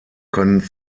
können